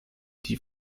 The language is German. die